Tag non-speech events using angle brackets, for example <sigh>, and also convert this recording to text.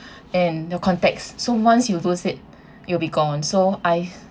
<breath> and your so once you lose it it'll be gone so I've